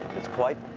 it's quite